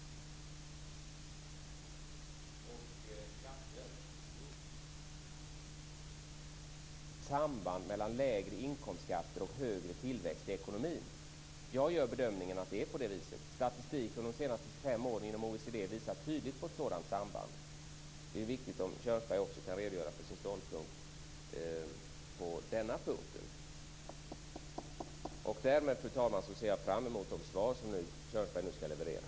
Min fråga är då: Anser Arne Kjörnsberg att det finns något samband mellan lägre inkomstskatter och högre tillväxt i ekonomin? Jag gör bedömningen att det är på det viset. Statistiken från de senaste 25 åren inom OECD visar tydligt på ett sådant samband. Det är viktigt att Arne Kjörnsberg kan redogöra för sin ståndpunkt även på denna punkt. Fru talman! Därmed ser jag fram emot de svar som Arne Kjörnsberg nu skall leverera.